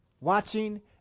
watching